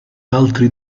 altri